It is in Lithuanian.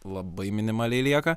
labai minimaliai lieka